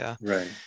right